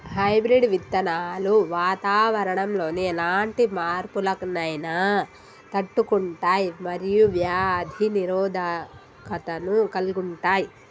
hybrid విత్తనాలు వాతావరణంలోని ఎలాంటి మార్పులనైనా తట్టుకుంటయ్ మరియు వ్యాధి నిరోధకతను కలిగుంటయ్